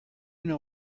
know